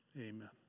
Amen